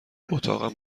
اتاقم